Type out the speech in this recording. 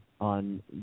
on